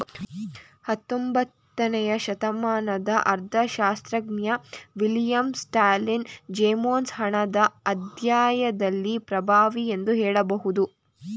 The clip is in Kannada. ಹತ್ತೊಂಬತ್ತನೇ ಶತಮಾನದ ಅರ್ಥಶಾಸ್ತ್ರಜ್ಞ ವಿಲಿಯಂ ಸ್ಟಾನ್ಲಿ ಜೇವೊನ್ಸ್ ಹಣದ ಅಧ್ಯಾಯದಲ್ಲಿ ಪ್ರಭಾವಿ ಎಂದು ಹೇಳಬಹುದು